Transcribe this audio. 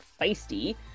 feisty